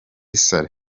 saleh